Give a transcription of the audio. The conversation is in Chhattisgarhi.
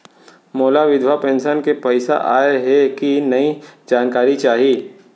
मोला विधवा पेंशन के पइसा आय हे कि नई जानकारी चाही?